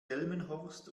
delmenhorst